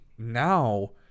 now